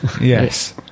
Yes